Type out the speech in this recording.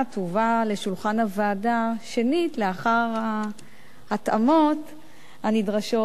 תובא לשולחן הוועדה שנית לאחר ההתאמות הנדרשות.